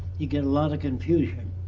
you get a lot of confusion,